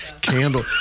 candle